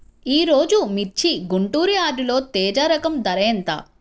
ఈరోజు మిర్చి గుంటూరు యార్డులో తేజ రకం ధర ఎంత?